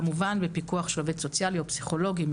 כמובן בפיקוח של עובד סוציאלי או פסיכולוגים,